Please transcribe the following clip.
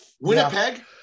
Winnipeg